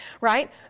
right